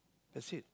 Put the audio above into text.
that's it